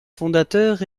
fondateurs